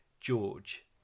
George